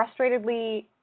frustratedly